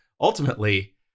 ultimately